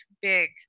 big